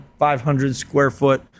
500-square-foot